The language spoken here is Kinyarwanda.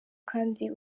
kandi